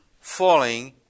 falling